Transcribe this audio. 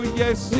yes